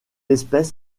espèce